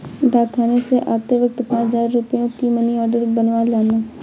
डाकखाने से आते वक्त पाँच हजार रुपयों का मनी आर्डर बनवा लाना